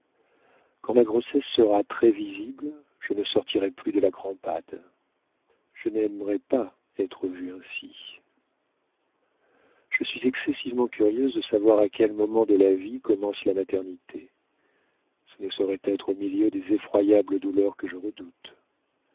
quand ma grossesse sera très visible je ne sortirai plus de la crampade je n'aimerais pas à être vue ainsi je suis excessivement curieuse de savoir à quel moment de la vie commence la maternité ce ne saurait être au milieu des effroyables douleurs que je redoute